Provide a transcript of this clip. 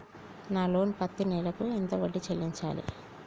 నా లోను పత్తి నెల కు ఎంత వడ్డీ చెల్లించాలి?